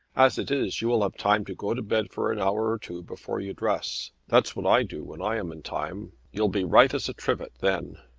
as it is you will have time to go to bed for an hour or two before you dress. that's what i do when i am in time. you'll be right as a trivet then.